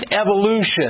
evolution